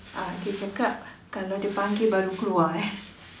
uh dia cakap kalau dia panggil baru keluar eh